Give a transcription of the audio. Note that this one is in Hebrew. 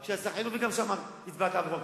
היה שר החינוך, וגם שם הצבעת בעבור הקיצוץ.